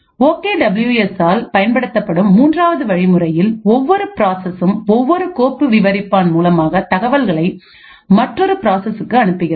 ஓ K W எஸ்ஆல் பயன்படுத்தப்படும் மூன்றாவது வழிமுறையில் ஒவ்வொரு ப்ராசஸ்ம் ஒவ்வொரு கோப்பு விவரிப்பான் மூலமாக தகவல்களை மற்றொரு ப்ராசஸ்க்கு அனுப்புகின்றது